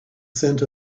scent